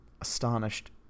astonished